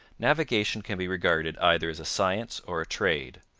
navigation can be regarded either as a science or a trade.